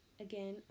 again